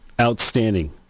Outstanding